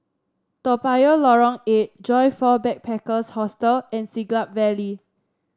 Toa Payoh Lorong Eight Joyfor Backpackers' Hostel and Siglap Valley